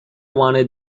wanted